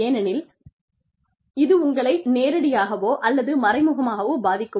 ஏனெனில் இது உங்களை நேரடியாகவோ அல்லது மறைமுகமாகவோ பாதிக்கும்